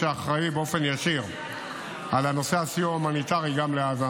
שאחראי באופן ישיר לנושא הסיוע ההומניטרי גם לעזה,